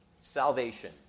salvation